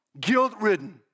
guilt-ridden